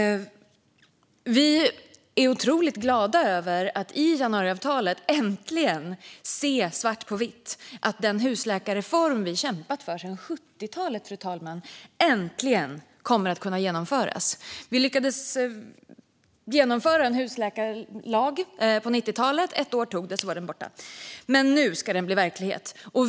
Vi är otroligt glada över att i januariavtalet se svart på vitt att den husläkarreform som vi kämpat för sedan 70-talet äntligen kommer att kunna genomföras. Vi lyckades genomföra en husläkarlag på 90-talet. Det tog ett år - sedan var den borta - men nu ska den bli verklighet.